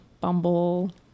Bumble